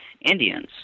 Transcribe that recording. Indians